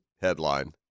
headline